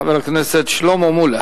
חבר הכנסת שלמה מולה.